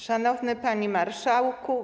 Szanowny Panie Marszałku!